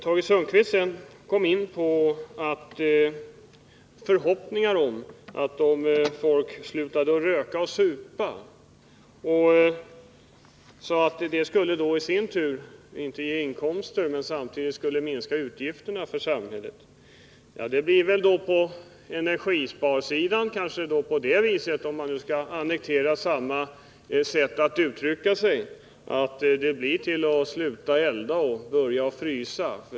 Tage Sundkvist framhöll vidare att det inte skulle ge några inkomster om folk slutade att röka och att supa men att samtidigt samhällets utgifter skulle minska. Om man skulle använda samma resonemang på energisparområdet, skulle det väl kunna uttryckas så att man nu får sluta elda och börja frysa.